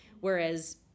whereas